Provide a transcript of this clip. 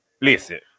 listen